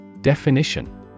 Definition